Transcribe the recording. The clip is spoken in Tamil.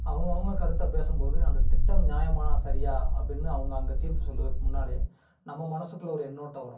அவங்கவுங்க கருத்தை பேசும்போது அந்த திட்டம் நியாயமாக சரியாக அப்படின்னு அவங்க அங்கே தீர்ப்பு சொல்கிறதுக்கு முன்னாலயே நம்ம மனதுக்குள்ள ஒரு எண்ணோட்டம் ஓடும்